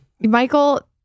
Michael